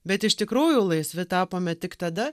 bet iš tikrųjų laisvi tapome tik tada